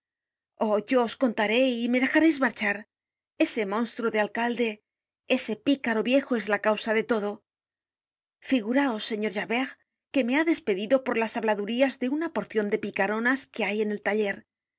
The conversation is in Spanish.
os contaré y me dejareis marchar ese monstruo de alcalde ese picaro viejo es la causa de todo figuraos señor javert que me ha despedido por las habladurías de una porcion de picaronas que hay en el taller